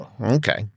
Okay